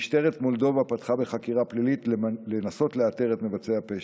משטרת מולדובה פתחה בחקירה פלילית בניסיון לאתר את מבצעי הפשע.